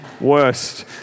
worst